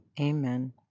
amen